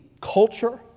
culture